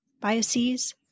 Biases